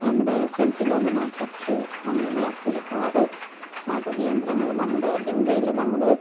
നമ്മുടെ saint Philomena church അങ്ങനെ ഒരുപാട് മതകേന്ദ്രങ്ങൾ നമ്മുടെ ഇന്ത്യയിൽ നമ്മൾ